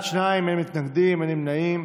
בעד, שניים, אין מתנגדים, אין נמנעים.